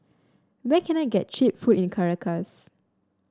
where can I get cheap food in Caracas